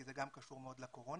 כי זה גם קשור מאוד לקורונה.